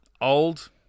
old